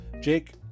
Jake